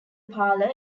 parlor